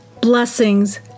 Blessings